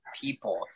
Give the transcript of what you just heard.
people